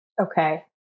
Okay